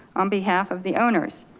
on behalf of the owners,